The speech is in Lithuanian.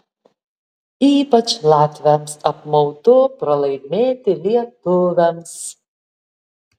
ypač latviams apmaudu pralaimėti lietuviams